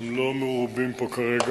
שהם לא מרובים פה כרגע,